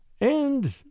And